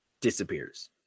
disappears